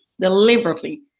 Deliberately